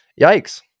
yikes